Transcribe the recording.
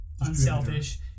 unselfish